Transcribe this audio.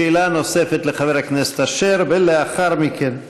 שאלה נוספת לחבר הכנסת אשר, ולאחר מכן,